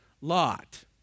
Lot